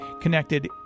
connected